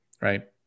right